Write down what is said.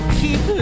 keep